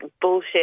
bullshit